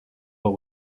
but